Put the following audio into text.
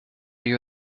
you